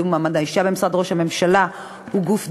מעמד האישה במשרד ראש הממשלה היא גוף דומה.